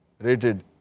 rated